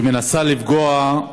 המנסה לפגוע,